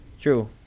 true